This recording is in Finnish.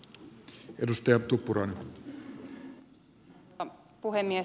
arvoisa puhemies